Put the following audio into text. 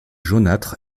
jaunâtre